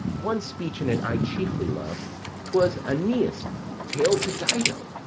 one speech in it i chiefly loved twas aeneas tale to dido,